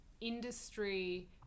industry